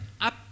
up